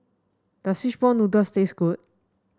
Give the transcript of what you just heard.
does Fishball Noodles taste good